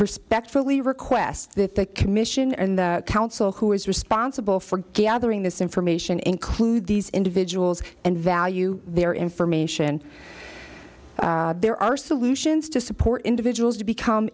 respectfully request that the commission and the council who is responsible for gathering this information include these individuals and value their information there are solutions to support individuals to become